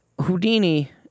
Houdini